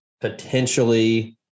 potentially